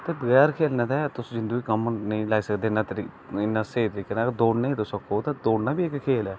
ते बगैर खेलने दे तुस जिंदू गी कम्म नेईं लाई सकदे ना इन्ने स्हेई तरीके कन्नै दौड़ने गी तुस आक्खो ते दौड़ना बी इक खेल ऐ